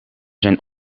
zijn